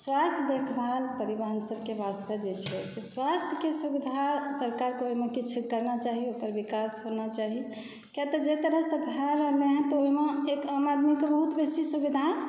स्वास्थ्य देखभाल परिवहन सबके वास्ते जे छै से स्वास्थ्यके सुविधा सरकारकेँ ओहिमे किछु करना चाही ओहिपर विकास होना चाही किया तऽ जाहि तरहसँ भए रहलैए तऽ ओहिमे एक आम आदमीके बहुत बेसी सुविधा